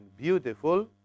beautiful